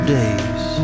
days